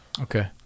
Okay